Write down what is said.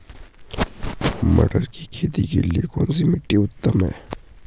मटर की खेती के लिए कौन सी मिट्टी उत्तम है?